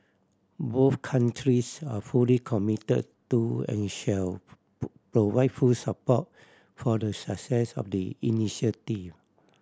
both countries are fully commit to and shall provide full support for the success of the initiative